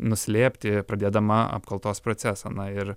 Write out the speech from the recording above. nuslėpti pradėdama apkaltos procesą na ir